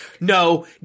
no